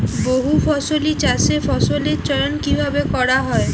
বহুফসলী চাষে ফসলের চয়ন কীভাবে করা হয়?